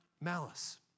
malice